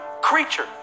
creature